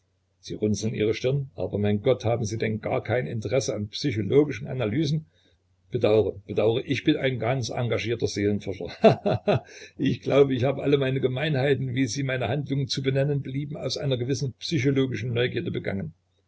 sie runzeln ihre stirn aber mein gott haben sie denn gar kein interesse an psychologischen analysen bedaure bedaure ich bin ein ganz engragierter seelenforscher he he he ich glaube ich habe alle meine gemeinheiten wie sie meine handlungen zu benennen belieben aus einer gewissen psychologischen neugierde begangen